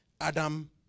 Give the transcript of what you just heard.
Adam